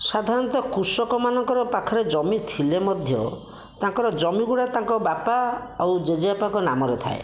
ସାଧାରଣତଃ କୃଷକମାନଙ୍କର ପାଖରେ ଜମି ଥିଲେ ମଧ୍ୟ ତାଙ୍କର ଜମିଗୁଡ଼ାକ ତାଙ୍କ ବାପା ଆଉ ଜେଜେବାପାଙ୍କ ନାମରେ ଥାଏ